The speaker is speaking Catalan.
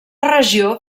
regió